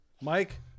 Mike